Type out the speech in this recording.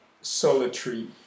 solitary